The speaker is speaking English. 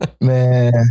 man